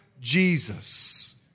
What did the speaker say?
Jesus